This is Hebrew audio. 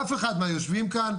אף אחד מהיושבים כאן,